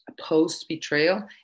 post-betrayal